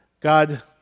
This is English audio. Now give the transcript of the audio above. God